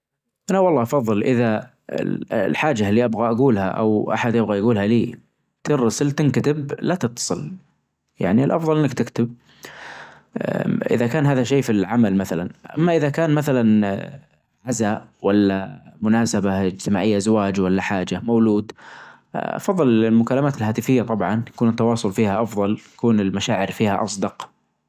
لا والله أفظل إذا ال-الحاجة اللي أبغى أجولها أو أحد يبغى يجولها لي تنرسل تنكتب لا تتصل يعني الأفضل أنك تكتب إذا كان هذا شي في العمل مثلا، أما إذا كان مثلا آ عزا ولا مناسبة إجتماعية زواج ولا حاجة مولود أفظل المكالمات الهاتفية طبعا يكون التواصل فيها أفضل يكون المشاعر فيها أصدق.